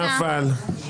נפל.